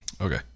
okay